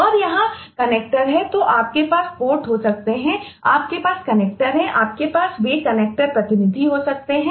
और यहां कनेक्टर हैं